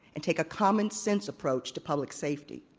and take a commonsense approach to public safety.